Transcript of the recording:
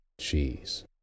cheese